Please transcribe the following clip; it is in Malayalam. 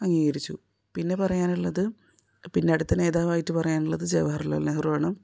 അംഗീകരിച്ചു പിന്നെ പറയാനുള്ളത് പിന്നെ അടുത്ത നേതാവായിട്ട് പറയാനുള്ളത് ജവഹർലാൽ നെഹ്റുവാണ്